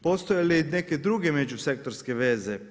Postoje li neke druge međusektorske veze?